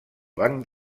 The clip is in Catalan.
banc